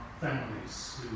families